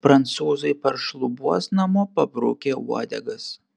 prancūzai paršlubuos namo pabrukę uodegas